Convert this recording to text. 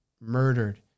murdered